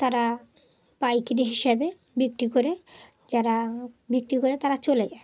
তারা পাইকারি হিসাবে বিক্রি করে যারা বিক্রি করে তারা চলে যায়